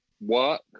work